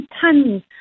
tons